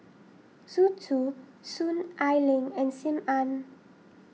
Zhu Chu Soon Ai Ling and Sim Ann